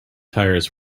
tires